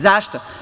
Zašto?